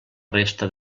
resta